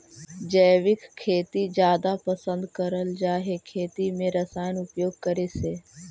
जैविक खेती जादा पसंद करल जा हे खेती में रसायन उपयोग करे से